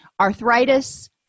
arthritis